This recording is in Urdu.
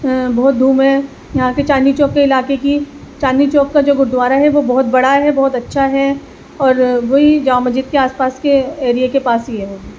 بہت دھوم ہے یہاں کے چاندنی چوک کے علاقے کی چاندنی چوک کا جو گرادوارا ہے وہ بہت بڑا ہے بہت اچھا ہے اور وہی جامع مسجد کے آس پاس کے ایریے کے پاس ہی ہے وہ بھی